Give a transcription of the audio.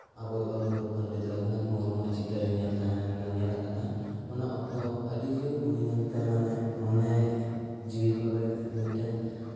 ᱟᱵᱚᱭᱤᱡ ᱚᱞ ᱜᱩᱨᱩ ᱯᱚᱱᱰᱤᱛ ᱨᱚᱜᱷᱩᱱᱟᱛᱷ ᱢᱩᱨᱢᱩᱣᱟᱜ ᱪᱤᱛᱟᱹᱨᱤᱧ ᱧᱮᱞ ᱛᱟᱦᱮᱸᱫ ᱧᱮᱞᱟᱠᱟᱫᱼᱟ ᱚᱱᱟ ᱚᱠᱛᱚ ᱟᱹᱰᱤ ᱡᱳᱨ ᱩᱱᱤ ᱧᱮᱞᱛᱮ ᱢᱟᱱᱮ ᱢᱚᱱᱮ ᱡᱤᱣᱤ ᱠᱚᱨᱮ ᱢᱤᱫᱴᱟᱹᱝ